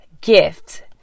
gift